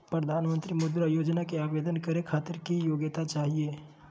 प्रधानमंत्री मुद्रा योजना के आवेदन करै खातिर की योग्यता चाहियो?